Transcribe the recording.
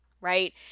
right